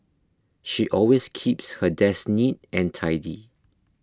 she always keeps her desk neat and tidy